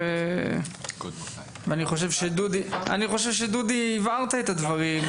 ואני חושב שדודי הבהיר את הדברים,